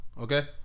Okay